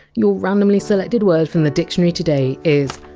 your randomly selected word from the dictionary today is!